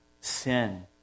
sin